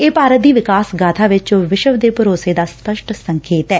ਇਹ ਭਾਰਤ ਦੀ ਵਿਕਾਸ ਗਾਬਾ ਵਿਚ ਵਿਸ਼ਵ ਦੇ ਭਰੋਸੇ ਦਾ ਸਪੱਸ਼ਟ ਸੰਕੇਤ ਐ